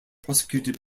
prosecuted